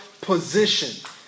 position